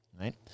right